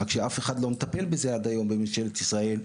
רק שאף אחד לא מטפל בזה עד היום בממשל ישראל,